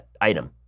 item